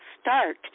start